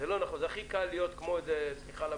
זה הכי קל להיות כמו ערפד: